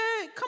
come